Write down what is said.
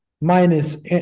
minus